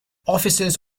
officers